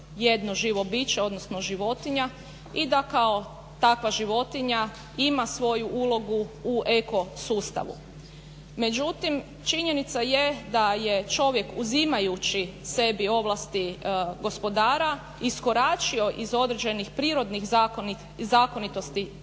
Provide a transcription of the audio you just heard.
jedno živo biće odnosno životinja i da kao takva životinja ima svoju ulogu u ekosustavu. Međutim činjenica je da je čovjek uzimajući sebi ovlasti gospodara iskoračio iz određenih prirodnih zakonitosti